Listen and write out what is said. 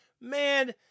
Man